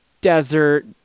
desert